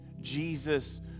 Jesus